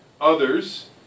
Others